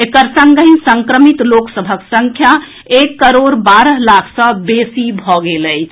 एकर संगहि संक्रमित लोक सभक संख्या एक करोड़ बारह लाख सॅ बेसी भऽ गेल अछि